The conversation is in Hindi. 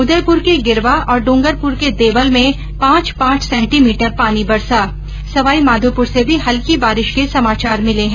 उदयपुर के गिर्वा और ड्रंगरपुर के देवल में पांच पांच सेंटीमीटर पानी बरसा सवाईमाधोपुर से भी हल्की बारिश के समाचार मिले हैं